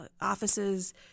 offices